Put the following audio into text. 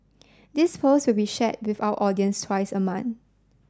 this post will be share with our audience twice a month